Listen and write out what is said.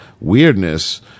weirdness